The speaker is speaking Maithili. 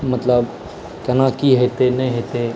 मतलब केना की हेतै नहि हेतै